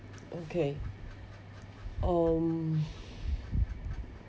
okay um